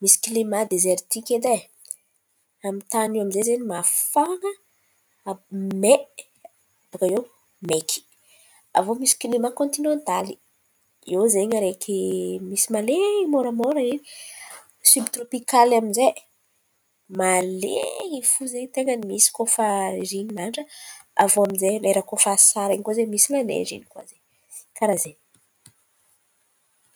misy klimà dezertiky edy ai amin-tany iô amizay zen̈y mafana àby mai, baka iô maiky. Avô misy klimà kôntinantaly: iô zen̈y araiky misy malen̈y môramôra in̈y. Siobtrôpikaly aminjay, malen̈y fo zen̈y ten̈a misy koa fa ririn̈iny andra. Avô aminjay lera koa fa asara in̈y koa zen̈y, misy la neizy hely koa zen̈y karàha zen̈y.